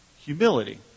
humility